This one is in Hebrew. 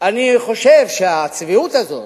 אני חושב שהצביעות הזאת,